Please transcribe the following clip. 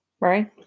right